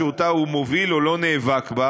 שאותה הוא מוביל או לא נאבק בה,